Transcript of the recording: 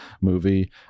movie